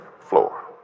floor